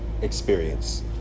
experience